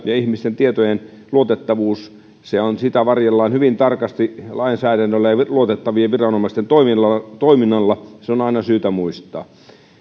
ja ihmisten tietojen luotettavuutta varjellaan hyvin tarkasti lainsäädännöllä ja luotettavien viranomaisten toiminnalla toiminnalla se on aina syytä muistaa